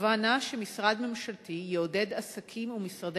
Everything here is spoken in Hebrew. הכוונה שמשרד ממשלתי יעודד עסקים ומשרדי